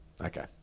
Okay